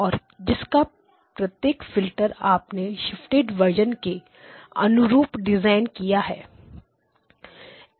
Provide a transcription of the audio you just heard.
और जिसका प्रत्येक फिल्टर आपने शिफ्टेड वर्जन के अनुरूप डिजाइन किया है